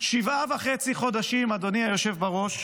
שבעה וחצי חודשים, אדוני היושב בראש.